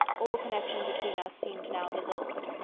all connection between us seemed now dissolved.